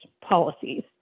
policies